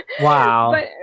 wow